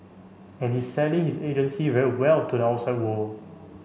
and he's selling his agency very well to the outside world